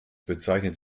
bezeichnet